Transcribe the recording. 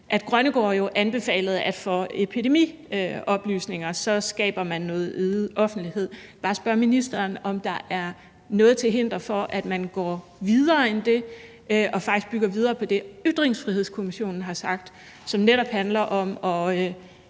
at man med hensyn til epidemioplysninger skaber noget øget offentlighed. Jeg vil bare spørge ministeren, om der er noget til hinder for, at man går videre end det og faktisk bygger videre på det, som Ytringsfrihedskommissionen har sagt, som netop handler om at